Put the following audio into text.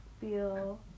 feel